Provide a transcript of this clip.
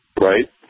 Right